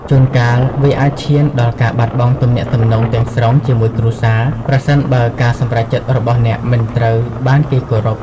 ជួនកាល វាអាចឈានដល់ការបាត់បង់ទំនាក់ទំនងទាំងស្រុងជាមួយគ្រួសារ ប្រសិនបើការសម្រេចចិត្តរបស់អ្នកមិនត្រូវបានគេគោរព។